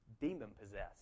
demon-possessed